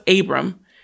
Abram